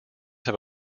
have